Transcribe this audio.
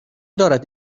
دارد